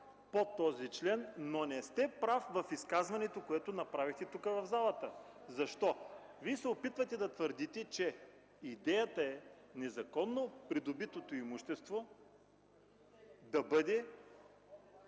по този член, но не сте прав в изказването, което направихте тук, в залата. Защо? Опитвате се да твърдите, че идеята е незаконно придобитото имущество да бъде